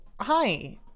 hi